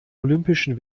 olympischen